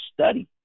study